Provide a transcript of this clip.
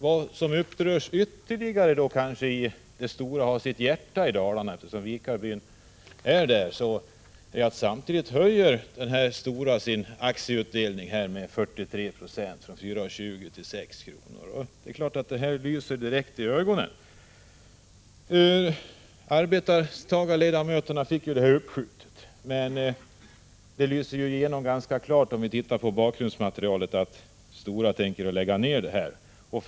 Vad som ytterligare upprör oss i Dalarna, där Stora har sitt hjärta och där Vikarbyn ligger, är att Stora samtidigt vill höja sin aktieutdelning med 43 96, från 4 kr. 20 öre till 6 kr. Det är klart att detta lyser i ögonen. Arbetarnas företrädare fick beslutet uppskjutet, men om vi ser på bakgrundsmaterialet framgår det ganska klart att Stora tänker lägga ned verksamheten.